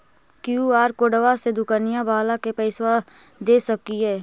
QR कोडबा से दुकनिया बाला के पैसा दे सक्रिय?